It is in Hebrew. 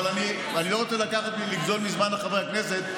אבל אני לא רוצה לגזול מזמן חברי הכנסת.